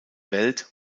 welt